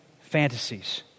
fantasies